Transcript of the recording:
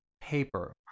paper